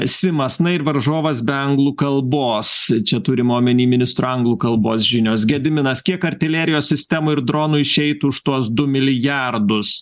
simas na ir varžovas be anglų kalbos čia turima omeny ministro anglų kalbos žinios gediminas kiek artilerijos sistemų ir dronų išeiti už tuos du milijardus